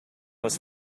was